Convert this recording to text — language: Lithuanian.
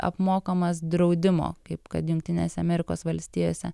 apmokamas draudimo kaip kad jungtinėse amerikos valstijose